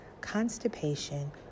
constipation